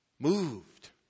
Moved